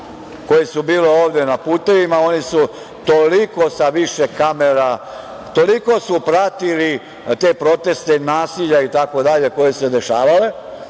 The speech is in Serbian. koje su bile ovde na putevima. Oni su toliko sa više kamera toliko su pratili te proteste nasilja itd. koje su se dešavale,